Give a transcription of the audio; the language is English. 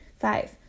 Five